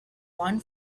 one